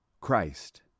Christ